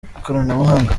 ikoranabuhanga